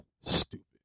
stupid